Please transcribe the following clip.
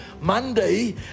Monday